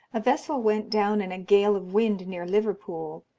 a vessel went down in a gale of wind near liverpool,